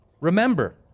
Remember